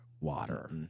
water